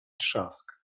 trzask